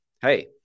Hey